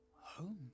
home